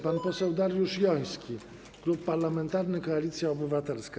Pan poseł Dariusz Joński, Klub Parlamentarny Koalicja Obywatelska.